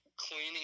cleaning